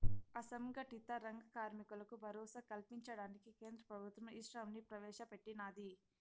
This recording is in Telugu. అసంగటిత రంగ కార్మికులకు భరోసా కల్పించడానికి కేంద్ర ప్రభుత్వం ఈశ్రమ్ ని ప్రవేశ పెట్టినాది